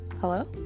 Hello